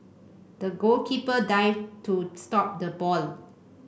the goalkeeper dived to stop the ball